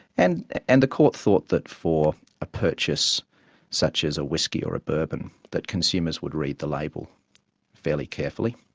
and and the court thought that for a purchase such as a whisky or a bourbon, that consumers would read the label fairly carefully,